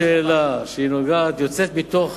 כל שאלה שהיא יוצאת מתוך